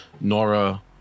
nora